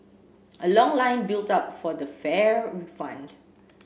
a long line built up for the fare refund